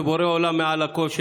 ובורא עולם מעל הכול,